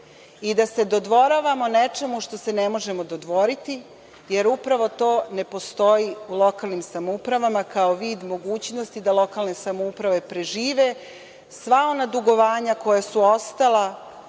i da se dodvoravamo nečemu što se ne možemo dodvoriti, jer upravo to ne postoji u lokalnim samoupravama kao vid mogućnosti da lokalne samouprave prežive sva ona dugovanja koja su ostala